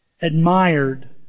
admired